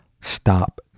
stop